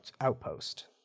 Outpost